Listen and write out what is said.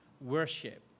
worship